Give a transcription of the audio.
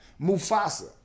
Mufasa